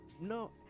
No